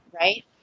right